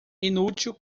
inútil